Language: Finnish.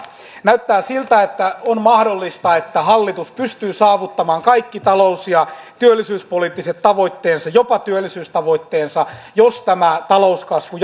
näyttää siltä että on mahdollista että hallitus pystyy saavuttamaan kaikki talous ja työllisyyspoliittiset tavoitteensa jopa työllisyystavoitteensa jos tämä talouskasvu